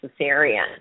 cesarean